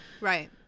Right